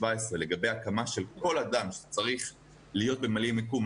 היה לגבי הקמה של כל אדם שצריך להיות ממלא מקום,